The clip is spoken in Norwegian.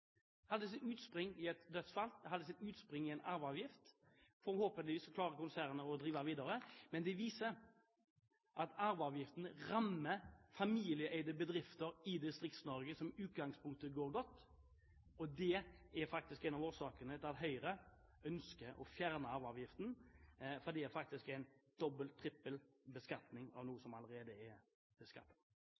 hadde sitt utspring i et dødsfall, det hadde sitt utspring i en arveavgift. Forhåpentligvis klarer konsernet å drive videre, men det viser at arveavgiften rammer familieeide bedrifter i Distrikts-Norge som i utgangspunktet går godt. Det er faktisk en av årsakene til at Høyre ønsker å fjerne arveavgiften, for det er faktisk en trippel beskatning på noe som allerede er beskattet.